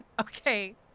Okay